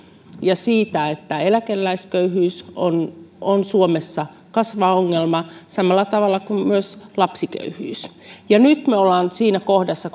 ja siitä että eläkeläisköyhyys on on suomessa kasvava ongelma samalla tavalla kuin myös lapsiköyhyys nyt me olemme siinä kohdassa